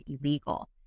illegal